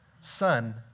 Son